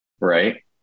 right